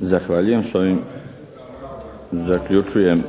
Zahvaljujem. S ovim zaključujem